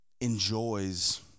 enjoys